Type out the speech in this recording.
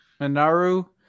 Minaru